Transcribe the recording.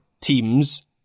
teams